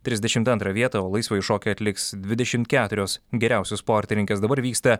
trisdešimt antrą vietą o laisvąjį šokį atliks dvidešimt keturios geriausios sportininkės dabar vyksta